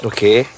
Okay